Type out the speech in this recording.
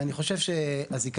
אני חושב שהזיכיון,